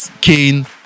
Kane